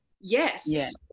yes